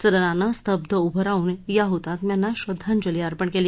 सदनानं स्तब्ध उभं राहून या हतात्म्यांना श्रद्वांजली अर्पण केली